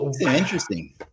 interesting